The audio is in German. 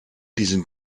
diesen